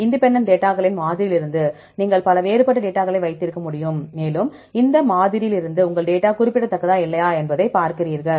independent டேட்டாகளின் மாதிரியிலிருந்து நீங்கள் பல வேறுபட்ட டேட்டாகளை வைத்திருக்க முடியும் மேலும் இந்த மாதிரியிலிருந்து உங்கள் டேட்டா குறிப்பிடத்தக்கதா இல்லையா என்பதைப் பார்க்கிறீர்கள்